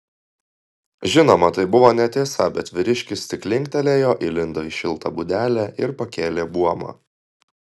žinoma tai buvo netiesa bet vyriškis tik linktelėjo įlindo į šiltą būdelę ir pakėlė buomą